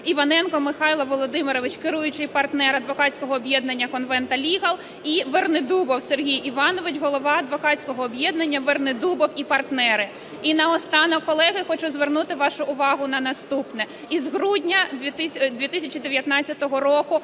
Іваненко Михайло Володимирович – керуючий партнер адвокатського об'єднання "Конвента Лігал" і Вернидубов Сергій Іванович – голова адвокатського об'єднання "Вернидубов та партнери". І наостанок, колеги, хочу звернути вашу увагу на наступне. З грудня 2019 року